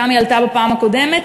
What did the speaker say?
כמה היא עלתה בפעם הקודמת?